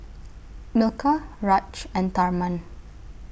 Milkha Raj and Tharman